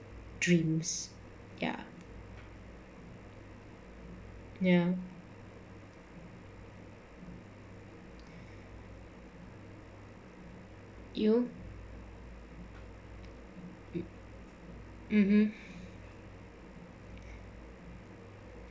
dreams ya ya you mmhmm